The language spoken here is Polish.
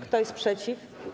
Kto jest przeciw?